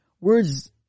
words